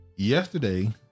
Yesterday